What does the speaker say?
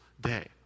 day